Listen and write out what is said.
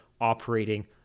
operating